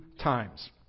times